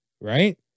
right